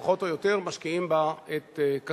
פחות או יותר, משקיעים בה את כספנו.